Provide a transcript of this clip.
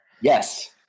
Yes